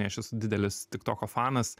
aš esu didelis tik toko fanas